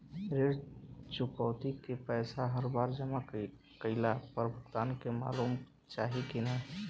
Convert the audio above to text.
ऋण चुकौती के पैसा हर बार जमा कईला पर भुगतान के मालूम चाही की ना?